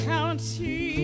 County